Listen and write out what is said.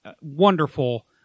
Wonderful